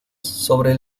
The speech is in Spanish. sobre